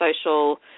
social